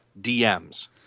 DMs